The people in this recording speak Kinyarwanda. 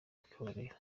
kwikorera